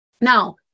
Now